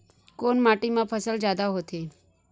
कोन माटी मा फसल जादा होथे?